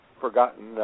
forgotten